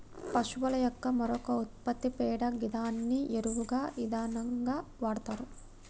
పశువుల యొక్క మరొక ఉత్పత్తి పేడ గిదాన్ని ఎరువుగా ఇంధనంగా వాడతరు